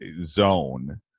zone